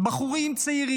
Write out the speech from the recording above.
בחורים צעירים,